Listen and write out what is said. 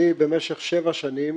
אני במשך שבע שנים